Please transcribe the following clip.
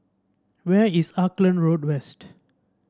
where is Auckland Road West